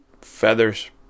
feathers